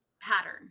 pattern